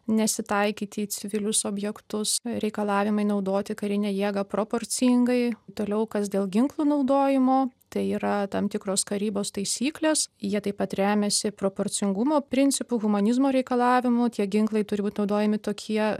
nesitaikyti į civilius objektus reikalavimai naudoti karinę jėgą proporcingai toliau kas dėl ginklų naudojimo tai yra tam tikros karybos taisyklės jie taip pat remiasi proporcingumo principu humanizmo reikalavimu tie ginklai turi būt naudojami tokie